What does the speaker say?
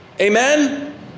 Amen